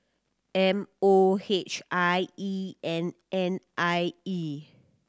M O H I E and N I E